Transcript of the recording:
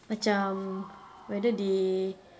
macam whether they